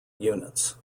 units